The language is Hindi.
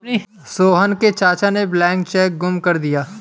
सोहन के चाचा ने ब्लैंक चेक गुम कर दिया